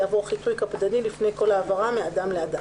יעבור חיטוי קפדני לפני כל העברה מאדם לאדם,